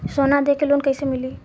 सोना दे के लोन कैसे मिली?